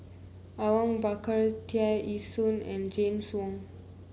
Awang Bakar Tear Ee Soon and James Wong